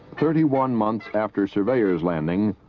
thirty one months after surveyor's landing,